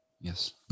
yes